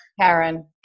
Karen